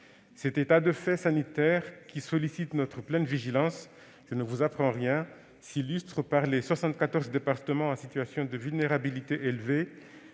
Cet état de fait sanitaire, qui sollicite notre pleine vigilance- je ne vous apprends rien !-, s'illustre par les 74 départements en situation de vulnérabilité élevée,